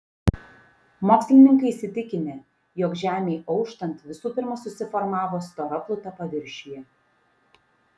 mokslininkai įsitikinę jog žemei auštant visų pirma susiformavo stora pluta paviršiuje